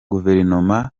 guverinoma